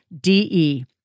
DE